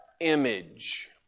image